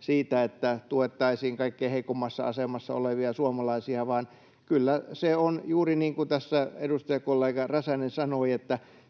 siitä, että tuettaisiin kaikkein heikoimmassa asemassa olevia suomalaisia, vaan kyllä se on juuri niin kuin tässä edustajakollega Räsänen sanoi, että